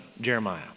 Jeremiah